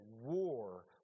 war